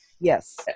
yes